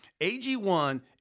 AG1